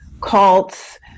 cults